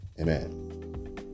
Amen